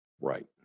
Right